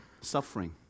suffering